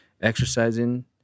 exercising